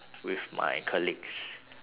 with my colleagues